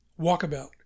Walkabout